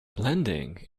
blending